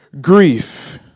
grief